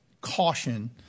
caution